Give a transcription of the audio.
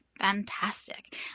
Fantastic